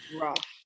rough